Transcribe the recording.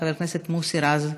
חבר הכנסת מוסי רז,